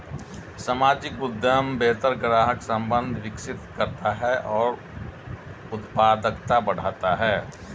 सामाजिक उद्यम बेहतर ग्राहक संबंध विकसित करता है और उत्पादकता बढ़ाता है